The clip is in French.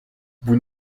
vous